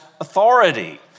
authority